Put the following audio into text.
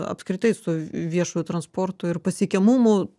apskritai su viešuoju transportu ir pasiekiamumu